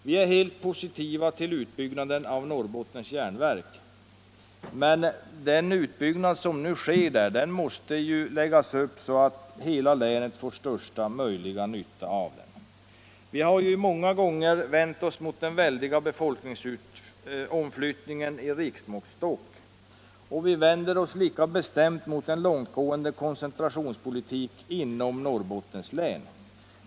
Vi är positiva till en utbyggnad av NJA, men den utbyggnad som nu sker där måste läggas upp så att helheten gagnas. Vi har många gånger vänt oss mot den väldiga befolkningsomflyttningen i riksmåttstock, och vi vänder oss lika bestämt mot en långtgående koncentrationspolitik inom Norrbottens län.